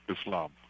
Islam